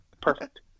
Perfect